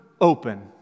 open